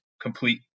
complete